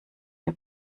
wir